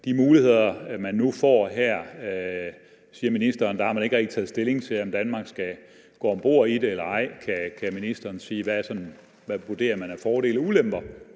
de muligheder, man nu får her, har man ikke rigtig taget stilling til, om Danmark skal gå om bord i det eller ej. Kan ministeren sige, hvad man vurderer er fordele og ulemper,